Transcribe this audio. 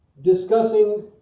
discussing